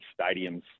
stadiums